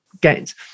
gains